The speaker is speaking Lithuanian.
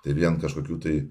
tai vien kažkokių tai